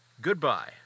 goodbye